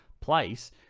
place